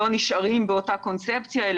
לא נשארים באותה קונספציה,